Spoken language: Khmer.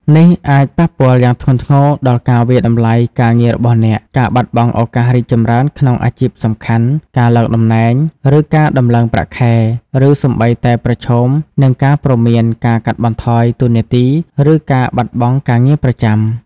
នេះអាចប៉ះពាល់យ៉ាងធ្ងន់ធ្ងរដល់ការវាយតម្លៃការងាររបស់អ្នក ការបាត់បង់ឱកាសរីកចម្រើនក្នុងអាជីពសំខាន់ ការឡើងតំណែង ឬការដំឡើងប្រាក់ខែ ឬសូម្បីតែប្រឈមនឹងការព្រមាន ការកាត់បន្ថយតួនាទី ឬការបាត់បង់ការងារប្រចាំ។